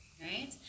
right